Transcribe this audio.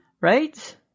Right